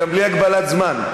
גם בלי הגבלת זמן.